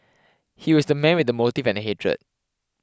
he was the man with the motive and hatred